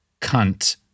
cunt